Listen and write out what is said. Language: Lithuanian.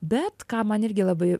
bet ką man irgi labai